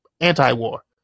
anti-war